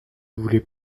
voulez